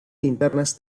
linternas